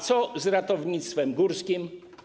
Co z ratownictwem górskim?